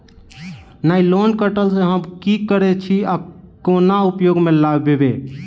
Nylon cutter सँ हम की करै छीयै आ केना उपयोग म लाबबै?